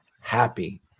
happy